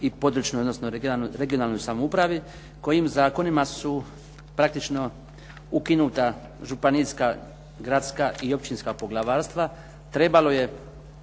i područnoj odnosno regionalnoj samoupravi kojim zakonima su praktično ukinuta županijska, gradska i općinska poglavarstva. Trebalo je